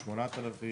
8,000,